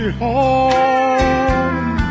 home